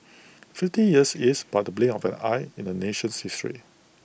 fifty years is but the blink of an eye in A nation's history